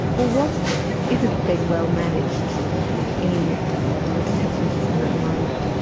well what isn't being well managed in the detention system at the moment?